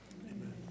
Amen